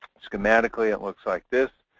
schematically it looks like this.